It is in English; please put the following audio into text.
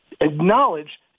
acknowledge